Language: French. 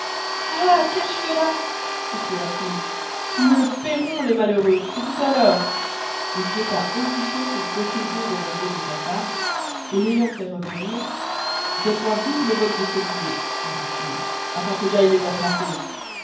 ah quay je fait là s'écria-t-il ils me le payeront les malheureux et tout à l'heure il jetta aussi tost une potée d'eau dans le nez de sa femme et l'ayant fait revenir donne moy viste mes bottes de sept lieuës luy dit-il afin que j'aille les attrapper